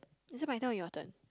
is it my turn or your turn